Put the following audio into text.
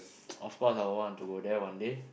of course I would want to go there one day